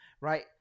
right